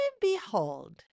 behold